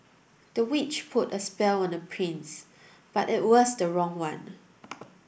the witch put a spell on the prince but it was the wrong one